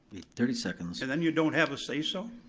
thirty seconds. and then you don't have a say so,